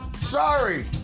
Sorry